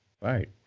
Right